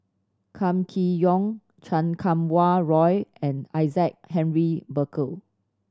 Kam Kee Yong Chan Kum Wah Roy and Isaac Henry Burkill